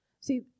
See